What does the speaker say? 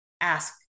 ask